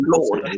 Lord